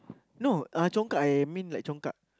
no uh congkak I mean like congkak